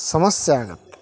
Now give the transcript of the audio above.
ಸಮಸ್ಯೆ ಆಗುತ್ತೆ